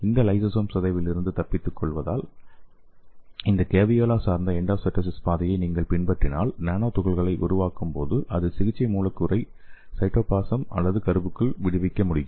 இந்த லைசோசோம் சிதைவிலிருந்து தப்பித்துக்கொள்வதால் இந்த கேவியோலா சார்ந்த எண்டோசைட்டோசிஸ் பாதையை நீங்கள் பின்பற்றினால் நானோ துகள்களை உருவாக்கும்போது அது சிகிச்சை மூலக்கூறை சைட்டோபிளாசம் அல்லது கருவுக்குள் விடுவிக்க முடியும்